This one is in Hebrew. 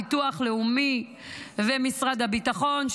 הביטוח הלאומי ומשרד הביטחון,